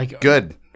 Good